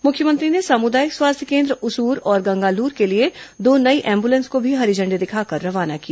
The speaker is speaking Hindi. मुख्यमंत्री ने सामुदायिक स्वास्थ्य केन्द्र उसूर और गंगालूर के लिए दो नई एम्बुलेंस को भी हरी झंडी दिखाकर रवाना किया